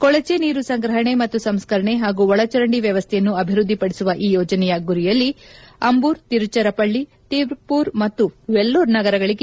ಕೊಳಚೆ ನೀರು ಸಂಗ್ರಹಣೆ ಮತ್ತು ಸಂಸ್ಕರಣೆ ಹಾಗೂ ಒಳಚರಂಡಿ ವ್ಲವಸ್ಥೆಯನ್ನು ಅಭಿವೃದ್ದಿಪಡಿಸುವ ಈ ಯೋಜನೆಯ ಗುರಿಯಲ್ಲಿ ಅಂಬೂರ್ ತಿರುಚಿರಪಳ್ಳಿ ತಿರುಪ್ಲೂರ್ ಮತ್ತು ವೆಲ್ಲೂರ್ ನಗರಗಳವೆ